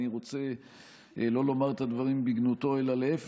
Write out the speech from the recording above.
אני רוצה לא לומר את הדברים בגנותו אלא להפך,